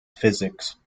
physics